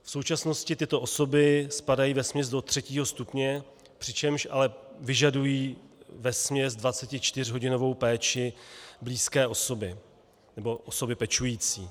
V současnosti tyto osoby spadají vesměs do třetího stupně, přičemž ale vyžadují vesměs 24hodinovou péči blízké osoby nebo osoby pečující.